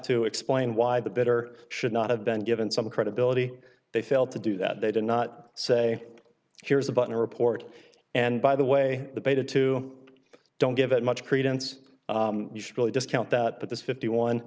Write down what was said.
to explain why the better should not have been given some credibility they failed to do that they did not say here's the butler report and by the way the beta two don't give it much credence you should really discount that but this fifty one